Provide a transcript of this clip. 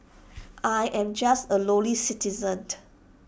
I am just A lowly citizen